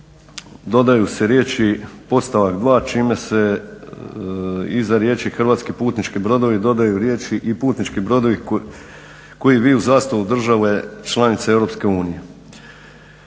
dodaju se riječi: "podstavak 2." čime se iza riječi: "hrvatski putnički brodovi" dodaju riječi: "i putnički brodovi koji viju zastavu države članice